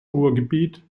ruhrgebiet